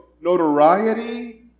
notoriety